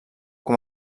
com